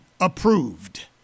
approved